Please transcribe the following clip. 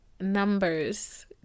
numbers